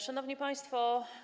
Szanowni Państwo!